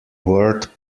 word